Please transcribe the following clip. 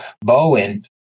Bowen